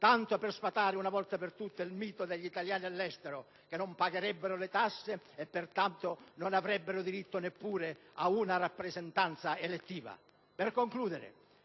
tanto per sfatare una volta per tutte il mito degli italiani all'estero che non pagherebbero le tasse e che pertanto non avrebbero diritto neppure ad una rappresentanza elettiva. Per concludere,